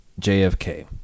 JFK